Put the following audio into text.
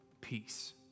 peace